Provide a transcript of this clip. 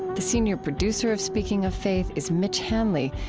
the senior producer of speaking of faith is mitch hanley,